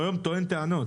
הוא היום טוען טענות.